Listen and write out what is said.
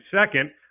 second